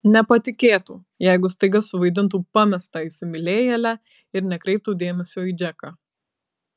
nepatikėtų jeigu staiga suvaidintų pamestą įsimylėjėlę ir nekreiptų dėmesio į džeką